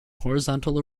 horizontal